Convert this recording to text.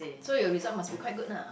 so your result must be quite good lah